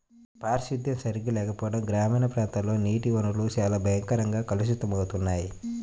పారిశుద్ధ్యం సరిగా లేకపోవడం గ్రామీణ ప్రాంతాల్లోని నీటి వనరులు చాలా భయంకరంగా కలుషితమవుతున్నాయి